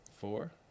four